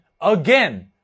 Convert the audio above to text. again